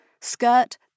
skirt